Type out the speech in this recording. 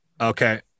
Okay